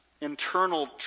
internal